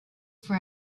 for